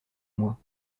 mois